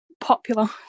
popular